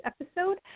episode